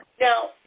Now